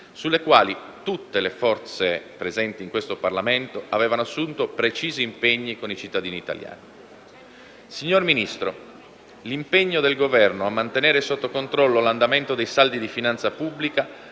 sulle quali tutte le forze presenti in Parlamento avevano assunto precisi impegni con i cittadini italiani. Signor Ministro, l'impegno del Governo a mantenere sotto controllo l'andamento dei saldi di finanza pubblica,